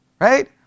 right